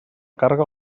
càrrega